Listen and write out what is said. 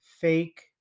fake